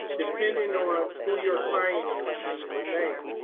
depending on who your client is meaning the bank,